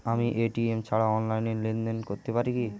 আমি এ.টি.এম ছাড়া অনলাইনে লেনদেন করতে পারি কি?